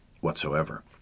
whatsoever